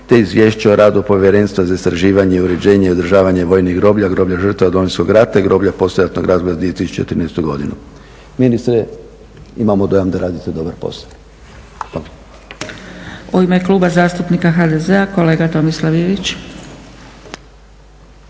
te izvješće o radu povjerenstva za istraživanje, uređenje i održavanje vojnih groblja, groblja žrtava Domovinskog rata i groblja poslijeratnog razdoblja za 2013. godinu. Ministre, imamo dojam da radite dobar posao.